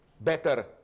better